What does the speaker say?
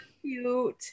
cute